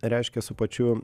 reiškia su pačiu